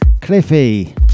Cliffy